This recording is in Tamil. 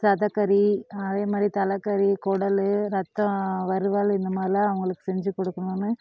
சதை கறி அதேமாதிரி தலை கறி குடலு ரத்தம் வறுவல் இந்தமாதிரிலாம் அவங்களுக்கு செஞ்சு கொடுக்கணுன்னு